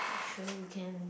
sure you can